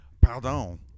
pardon